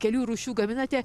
kelių rūšių gaminate